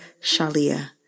Shalia